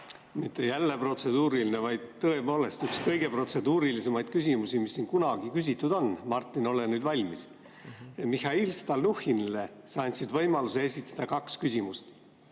Mitte jälle protseduuriline, vaid tõepoolest üks kõige protseduurilisemaid küsimusi, mis siin kunagi küsitud on. Martin, ole nüüd valmis! Mihhail Stalnuhhinile sa andsid võimaluse esitada kaks küsimust.